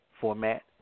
format